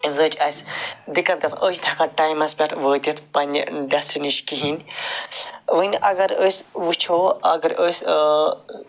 امہِ سۭتۍ چھِ اَسہِ دِقعت گَژھان أسۍ تہِ چھِ ہٮ۪کان ٹایِمس پٮ۪ٹھ وٲتِتھ پنٕنہِ ڈیسٹہِ نِش کِہیٖنٛۍ وۅنۍ اگر أسۍ وُچھو اگر أسۍ